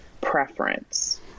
preference